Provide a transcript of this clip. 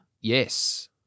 Yes